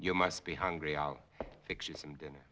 you must be hungry i'll fix you some dinner